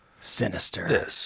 Sinister